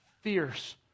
fierce